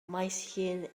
maesllyn